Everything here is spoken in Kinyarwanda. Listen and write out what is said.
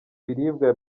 biribwa